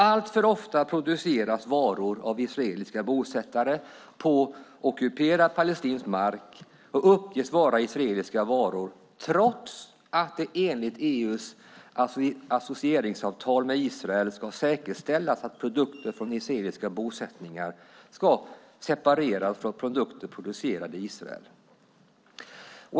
Alltför ofta produceras varor av israeliska bosättare på ockuperad palestinsk mark och uppges vara israeliska varor, trots att det enligt EU:s associeringsavtal med Israel ska säkerställas att produkter från israeliska bosättningar ska separeras från produkter producerade i Israel.